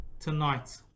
Tonight